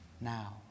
now